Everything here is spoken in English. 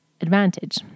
advantage